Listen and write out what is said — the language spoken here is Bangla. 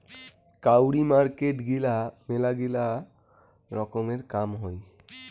কাউরি মার্কেট গিলা মেলাগিলা রকমের কাম হই